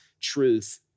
truth